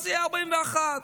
אז זה יהיה 41,